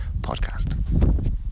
podcast